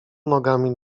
nogami